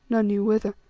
none knew whither.